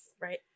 Right